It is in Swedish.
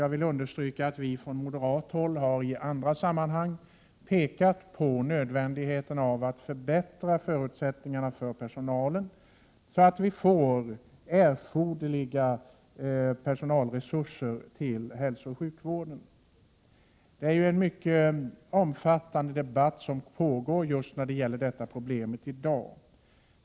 Jag vill understryka att vi från moderat håll i andra sammanhang har pekat på nödvändigheten av att förbättra förutsättningarna för personalen, så att vi får erforderliga personalresurser till hälsooch sjukvården. Det är ju en mycket omfattande debatt som pågår i dag om just det problemet.